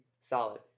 solid